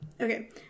okay